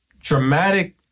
dramatic